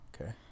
Okay